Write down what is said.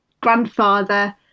grandfather